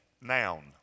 noun